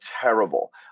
terrible